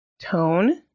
tone